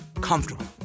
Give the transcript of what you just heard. comfortable